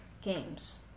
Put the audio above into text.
games